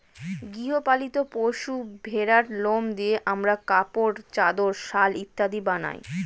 গৃহ পালিত পশু ভেড়ার লোম দিয়ে আমরা কাপড়, চাদর, শাল ইত্যাদি বানাই